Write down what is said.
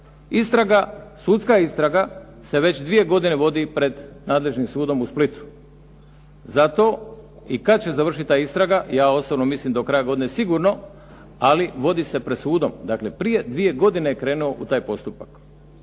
sudska istraga se već dvije godine vodi pred nadležnim sudom u Splitu. Zato i kad će završit ta istraga ja osobno mislim do kraja godine sigurno. Ali vodi se pred sudom. Dakle, prije dvije godine je krenuo u taj postupak